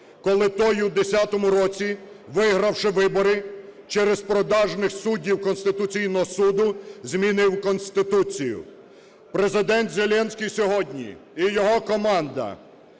коли той у 2010 році, вигравши вибори, через продажних суддів Конституційного Суду, змінив Конституцію. Президент Зеленський сьогодні і його команда